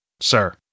sir